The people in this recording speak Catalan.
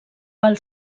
pel